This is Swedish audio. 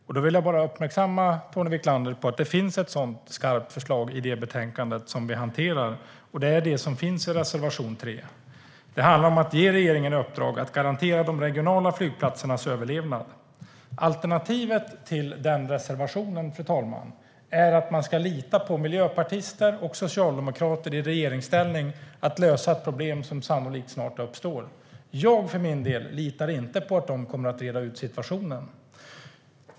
Jag vill uppmärksamma Tony Wiklander på att det finns ett sådant skarpt förslag i det betänkande som vi behandlar, och det finns i reservation 3. Det handlar om att ge regeringen i uppdrag att garantera de regionala flygplatsernas överlevnad. Alternativet till den reservationen är att man ska lita på att miljöpartister och socialdemokrater i regeringsställning ska lösa ett problem som sannolikt snart uppstår. Jag för min del litar inte på att de kommer att reda ut situationen.